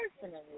personally